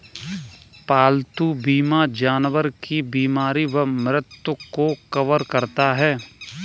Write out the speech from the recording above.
पालतू बीमा जानवर की बीमारी व मृत्यु को कवर करता है